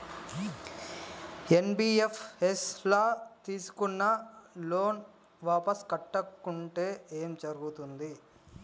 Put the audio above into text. NBFS ల తీస్కున్న loan వాపస్ కట్టకుంటే ఏం జర్గుతది?